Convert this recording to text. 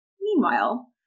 Meanwhile